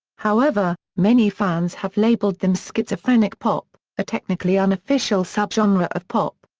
however, many fans have labeled them schizophrenic pop, a technically unofficial subgenre ah of pop.